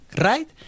right